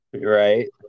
right